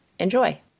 enjoy